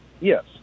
yes